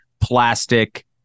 plastic